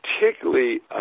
particularly